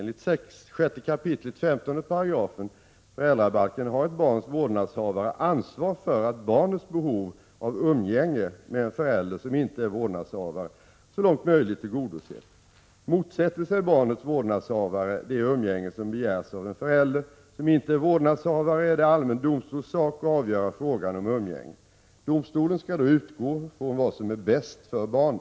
Enligt 6 kap. 15 § föräldrabalken har ett barns vårdnadshavare ett ansvar för att barnets behov av umgänge med en förälder som inte är vårdnadshava re så långt möjligt tillgodoses. Motsätter sig barnets vårdnadshavare det umgänge som begärs av en förälder som inte är vårdnadshavare, är det allmän domstols sak att avgöra frågan om umgänge. Domstolen skall då utgå från vad som är bäst för barnet.